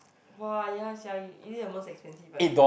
!wah! ya sia e~ is it the most expensive one